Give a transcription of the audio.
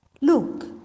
look